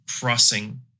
crossing